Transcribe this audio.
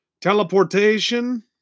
teleportation